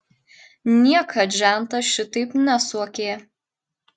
niekad žentas šitaip nesuokė